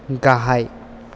गाहाय